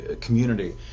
community